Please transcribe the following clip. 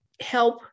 help